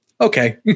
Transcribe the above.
okay